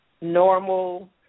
normal